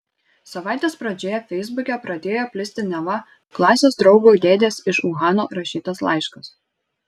savaitės pradžioje feisbuke pradėjo plisti neva klasės draugo dėdės iš uhano rašytas laiškas